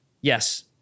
Yes